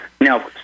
Now